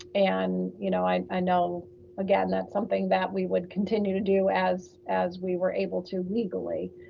and, you know, i i know again, that's something that we would continue to do as as we were able to legally,